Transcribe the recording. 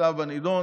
ההצעה בנדון.